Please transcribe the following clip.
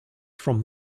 from